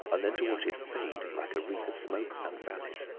and then to watch it fade like a wreath of smoke and vanish.